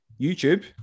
YouTube